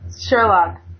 Sherlock